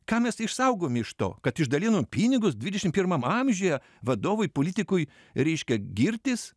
ką mes išsaugom iš to kad išdalinom pinigus dvidešim pirmam amžiuje vadovai politikui reiškia girtis